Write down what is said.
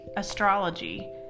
astrology